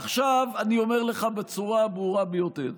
עכשיו אני אומר לך בצורה הברורה ביותר: